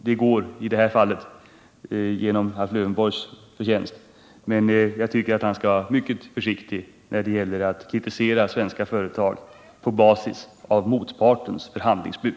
Det går i detta fall genom Alf Lövenborgs förtjänst, men jag tycker att han skall vara mycket försiktig när det gäller att kritisera svenska företag på basis av motpartens förhandlingsbud.